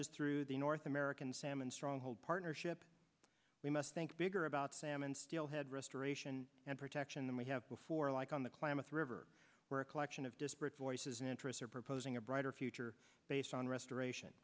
as through the north american salmon stronghold partnership we must think bigger about salmon steelhead restoration and protection than we have before like on the klamath river where a collection of disparate voices and interests are proposing a brighter future based on restoration